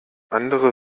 andere